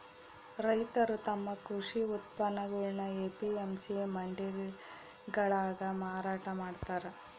ರೈತರು ತಮ್ಮ ಕೃಷಿ ಉತ್ಪನ್ನಗುಳ್ನ ಎ.ಪಿ.ಎಂ.ಸಿ ಮಂಡಿಗಳಾಗ ಮಾರಾಟ ಮಾಡ್ತಾರ